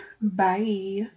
bye